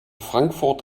frankfurt